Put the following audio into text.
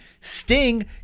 Sting